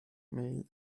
mel